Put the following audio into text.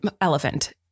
elephant